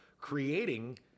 creating